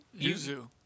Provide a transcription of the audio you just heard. Yuzu